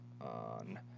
on